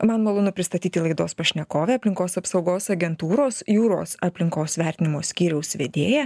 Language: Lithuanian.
man malonu pristatyti laidos pašnekovę aplinkos apsaugos agentūros jūros aplinkos vertinimo skyriaus vedėja